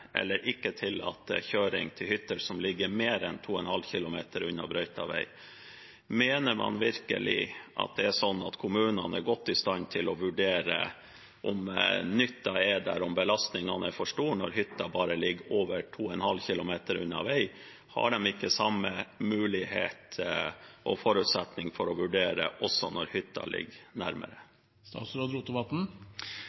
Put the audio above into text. eller ikke tillater kjøring til hytter som ligger mer enn 2,5 km unna brøytet vei. Mener man virkelig at kommunene er godt i stand til å vurdere om nytten er der, om belastningen er for stor når hytta ligger bare over 2,5 km unna vei, har de ikke samme mulighet og forutsetning for å vurdere også når hytta ligger nærmere?